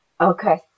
Okay